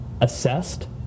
assessed